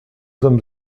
sommes